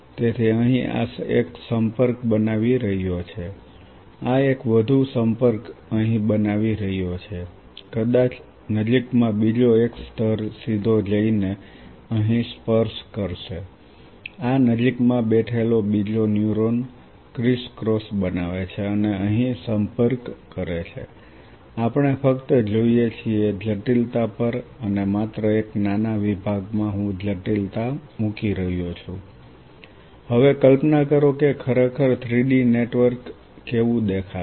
તેથી આ અહીં એક સંપર્ક બનાવી રહ્યો છે આ એક વધુ સંપર્ક અહીં બનાવી રહ્યો છે કદાચ નજીકમાં બીજો એક સ્તર સીધો જઈને અહીં સંપર્ક કરશે આ નજીકમાં બેઠેલો બીજો ન્યુરોન ક્રિસ ક્રોસ બનાવે છે અને અહીં સંપર્ક કરે છે આપણે ફક્ત જોઈએ છીએ જટિલતા પર અને માત્ર એક નાના વિભાગમાં હું જટિલતા મૂકી રહ્યો છું હવે કલ્પના કરો કે ખરેખર 3 ડી નેટવર્ક ખરેખર કેવું દેખાશે